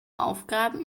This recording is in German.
aufgaben